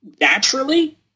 naturally